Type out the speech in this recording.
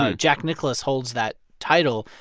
ah jack nicklaus holds that title.